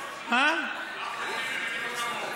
אחמד טיבי בדיוק כמוהו.